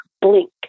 blink